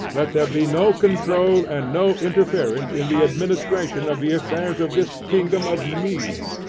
let there be no control and no interference in the administration of the affairs of this kingdom of me.